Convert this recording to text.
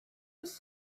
was